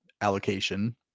allocation